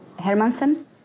Hermansen